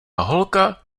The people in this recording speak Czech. holka